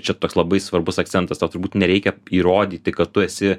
čia toks labai svarbus akcentas tau turbūt nereikia įrodyti kad tu esi